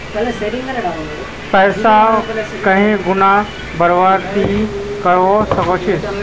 पैसा कहीं गुणा बढ़वार ती की करवा सकोहिस?